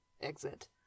exit